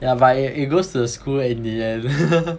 yeah but it it it goes to the school in the end